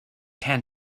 tan